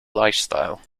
lifestyle